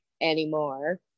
anymore